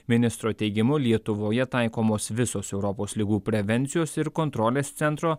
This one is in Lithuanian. ministro teigimu lietuvoje taikomos visos europos ligų prevencijos ir kontrolės centro